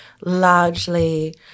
largely